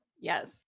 Yes